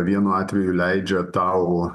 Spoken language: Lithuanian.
vienu atveju leidžia tau